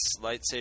lightsaber